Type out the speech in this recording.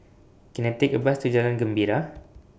Can I Take A Bus to Jalan Gembira